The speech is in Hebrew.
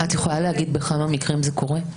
את יכולה להגיד בכמה מקרים זה קורה?